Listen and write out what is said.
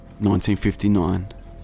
1959